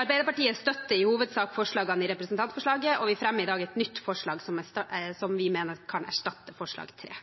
Arbeiderpartiet støtter i hovedsak forslagene i representantforslaget, og vi fremmer i dag et nytt forslag som vi mener kan erstatte forslag nr. 3.